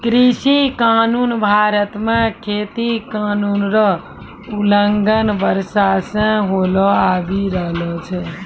कृषि कानून भारत मे खेती कानून रो उलंघन वर्षो से होलो आबि रहलो छै